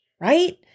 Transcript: Right